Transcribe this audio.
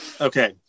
Okay